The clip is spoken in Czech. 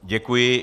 Děkuji.